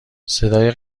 صدای